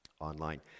online